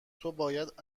توباید